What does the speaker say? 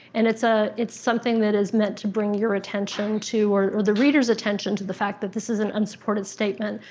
and it's ah it's something that is meant to bring your attention, or or the reader's attention, to the fact that this is an unsupported statement.